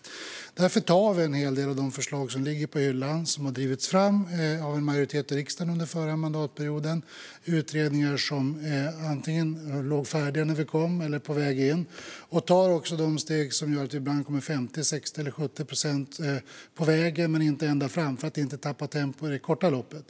Därför tar vi oss an en hel del av de förslag som ligger på hyllan, som har drivits fram av en majoritet i riksdagen under förra mandatperioden, det vill säga utredningar som låg färdiga när vi kom eller var på väg in. Vi tar också de steg som gör att vi ibland kommer 50, 60 eller 70 procent på vägen men inte ända fram för att inte tappa tempo i det korta loppet.